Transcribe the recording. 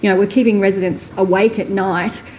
yeah we're keeping residents awake at night.